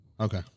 Okay